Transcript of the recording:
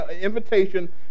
invitation